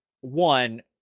one